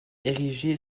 érigé